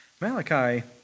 Malachi